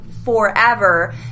forever